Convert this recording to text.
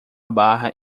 barra